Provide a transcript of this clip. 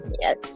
yes